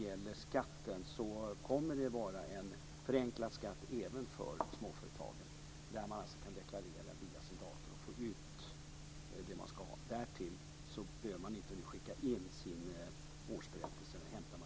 Vi kommer också att se till att skatten blir förenklad även för småföretagen. Man kan alltså deklarera via sin dator och få ut det man ska ha. Därtill behöver man nu inte skicka in sin årsberättelse. Den hämtas direkt från PRV.